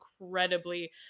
incredibly